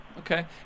Okay